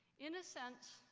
in a sense,